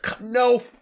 No